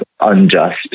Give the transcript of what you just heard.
unjust